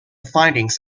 findings